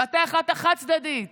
ואתה החלטת חד-צדדית